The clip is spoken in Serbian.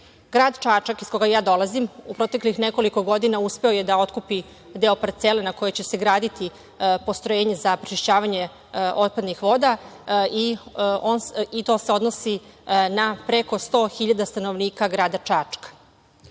Grad Čačak, iz kojeg ja dolazim, u proteklih nekoliko godina uspeo je da otkupi deo parcele na kojoj će se graditi postrojenje za prečišćavanje otpadnih voda i to se odnosi na preko 100.000 stanovnika grada Čačka